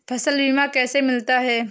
फसल बीमा कैसे मिलता है?